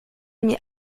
mir